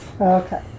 Okay